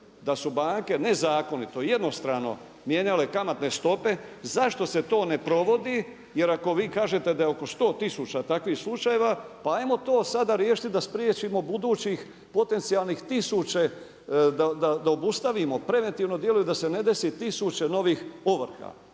da su banke nezakonito, jednostrano mijenjale kamatne stope zašto se to ne provodi jer ako vi kažete da je oko sto tisuća takvih slučajeva, pa ajmo to sada riješiti da spriječimo budućih potencijalnih tisuće, da obustavimo preventivno djeluju da se ne desi tisuće novih ovrha.